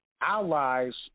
allies